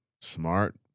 Smart